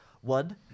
One